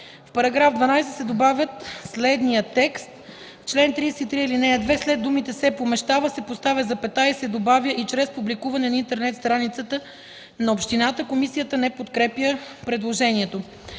В § 12 се добавя следния текст: В чл. 33, ал. 2 след думите „се помещава” се поставя запетая и се добавя „и чрез публикуване на интернет страницата на общината”.” Комисията не подкрепя предложението.